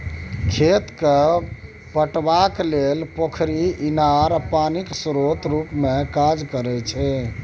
खेत केँ पटेबाक लेल पोखरि, इनार पानिक स्रोत रुपे काज करै छै